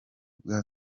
bwa